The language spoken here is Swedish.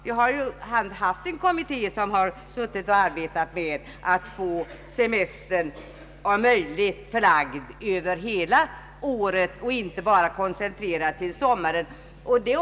Vi har haft en kommitté som arbetat med att om möjligt få semestern utspridd över hela året och inte koncentrerad till enbart sommaren.